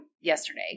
yesterday